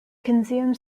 consumed